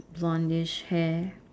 blondish hair